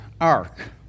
Ark